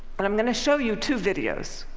but i'm going to show you two videos,